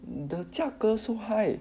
the 价格 so high